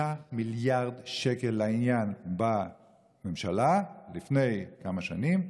מיליארד שקל לעניין בממשלה לפני כמה שנים.